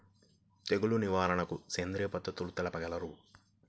తెగులు నివారణకు సేంద్రియ పద్ధతులు తెలుపగలరు?